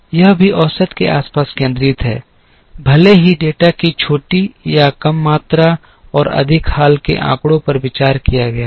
यह भी औसत के आसपास केंद्रित है भले ही डेटा की छोटी या कम मात्रा और अधिक हाल के आंकड़ों पर विचार किया गया हो